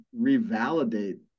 revalidate